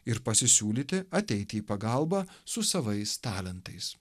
ir pasisiūlyti ateiti į pagalbą su savais talentais